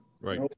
right